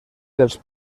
dels